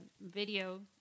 video